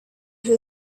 who